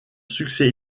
succès